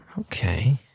Okay